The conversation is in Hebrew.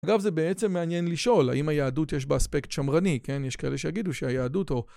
אגב זה בעצם מעניין לשאול, האם היהדות יש באספקט שמרני, כן יש כאלה שיגידו שהיהדות או